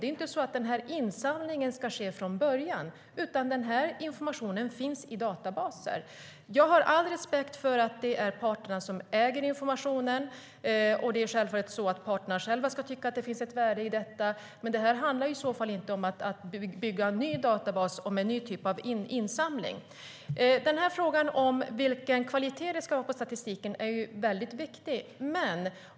Insamlingen av data behöver ju inte ske från grunden, utan informationen finns redan i databaser.Frågan om vilken kvalitet det ska vara på statistiken är viktig.